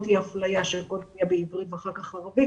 תהיה אפליה של קודם בעברית ואחר כך ערבית,